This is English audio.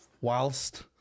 Whilst